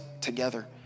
together